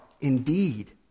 Indeed